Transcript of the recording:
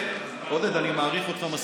אני מעריך אותך מספיק,